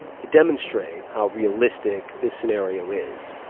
to demonstrate how realistic this scenario is,